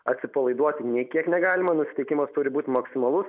atsipalaiduoti nei kiek negalima nusiteikimas turi būt maksimalus